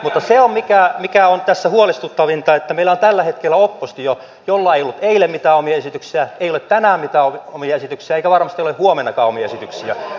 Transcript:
mutta se on tässä huolestuttavinta että meillä on tällä hetkellä oppositio jolla ei ollut eilen mitään omia esityksiä ei ole tänään mitään omia esityksiä eikä varmasti ole huomennakaan omia esityksiä